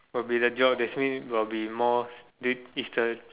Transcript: will be the job that means will be more the it's the